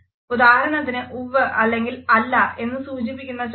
ഉദാഹരണത്തിന് ഉവ്വ് അല്ലെങ്കിൽ അല്ല എന്ന് സൂചിപ്പിക്കുന്ന ചലനങ്ങൾ